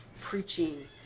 preaching